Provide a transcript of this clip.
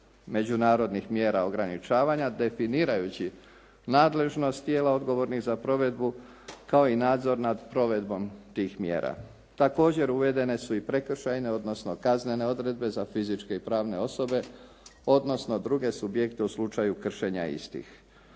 međunarodnih mjera ograničavanja definirajući nadležnost tijela odgovornih za provedbu kao i nadzor nad provedbom tih mjera. Također uvedene su i prekršajne odnosno kaznene odredbe za fizičke i pravne osobe odnosno druge subjekte u slučaju kršenja istih.